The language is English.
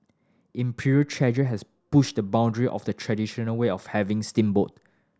Imperial Treasure has pushed the boundary of the traditional way of having steamboat